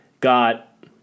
got